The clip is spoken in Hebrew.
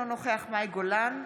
אינו נוכח מאי גולן,